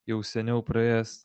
jau seniau praėjęs